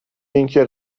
اینکه